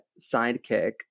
sidekick